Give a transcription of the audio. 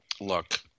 Look